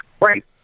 Right